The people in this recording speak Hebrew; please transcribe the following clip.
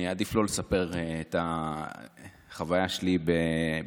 אני אעדיף לא לספר על החוויה שלי בניסיון